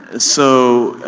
ah so,